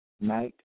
night